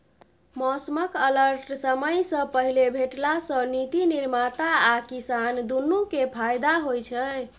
मौसमक अलर्ट समयसँ पहिने भेटला सँ नीति निर्माता आ किसान दुनु केँ फाएदा होइ छै